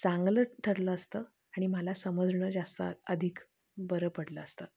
चांगलं ठरलं असतं आणि मला समजणं जास्त अधिक बरं पडलं असतं